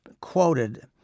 quoted